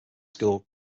school